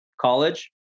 College